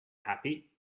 happy